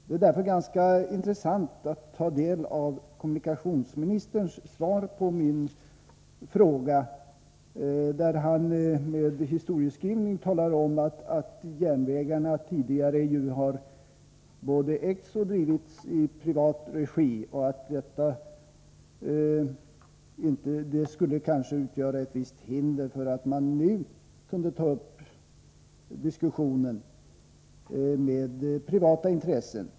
Det är därför ganska intressant att ta del av kommunikationsministerns svar på min fråga, där han ägnar sig åt historieskrivning och talar om att järnvägarna tidigare ju har både ägts och drivits i privat regi och att detta kanske kunde utgöra ett visst hinder för att man nu skulle ta upp diskussioner med privata intressen.